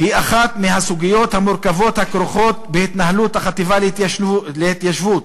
היא אחת מהסוגיות המורכבות הכרוכות בהתנהלות החטיבה להתיישבות,